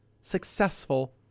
successful